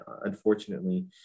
unfortunately